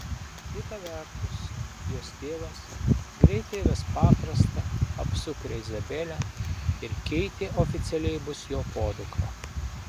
kita vertus jos tėvas greitai ves paprastą apsukrią izabelę ir keitė oficialiai bus jo podukra